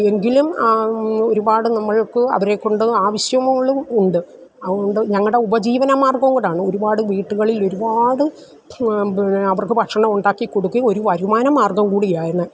എങ്കിലും ആ ഒരുപാട് നമ്മൾക്ക് അവരെ കൊണ്ട് ആവശ്യങ്ങളും ഉണ്ട് അതുകൊണ്ട് ഞങ്ങളുടെ ഉപജീവന മാർഗ്ഗവും കൂടെയാണ് ഒരുപാട് വീടുകളിൽ ഒരുപാട് പിന്നെ അവർക്ക് ഭക്ഷണം ഉണ്ടാക്കി കൊടുക്കുകയും ഒരു വരുമാന മാർഗ്ഗവും കൂടിയാണ്